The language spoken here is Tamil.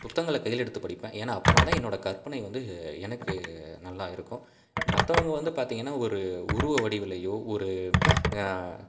புத்தகங்களை கையில் எடுத்து படிப்பேன் ஏன்னால் அப்போனாதான் என்னோட கற்பனை வந்து எனக்கு நல்லா இருக்கும் மற்றவங்க வந்து பார்த்தீங்கன்னா ஒரு உருவ வடிவலையோ ஒரு